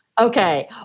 Okay